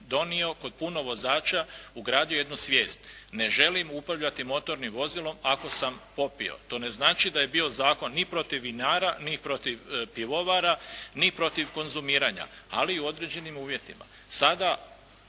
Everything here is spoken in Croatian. donio kod puno vozača, ugradio jednu svijest, ne želim upravljati motornim vozilom ako sam popio. To ne znači da je bio zakon ni protiv vinara, ni protiv pivovara, ni protiv konzumiranja, ali u određenim uvjetima.